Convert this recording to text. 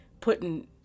putting